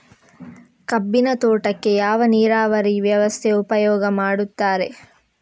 ಕಬ್ಬಿನ ತೋಟಕ್ಕೆ ಯಾವ ನೀರಾವರಿ ವ್ಯವಸ್ಥೆ ಉಪಯೋಗ ಮಾಡುತ್ತಾರೆ?